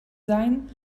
sein